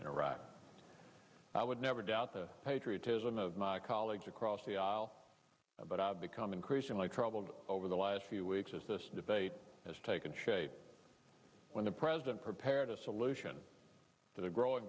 in iraq i would never doubt the patriotism of my colleagues across the aisle but i've become increasingly troubled over the last few weeks as this debate has taken shape when the president prepared a solution to the growing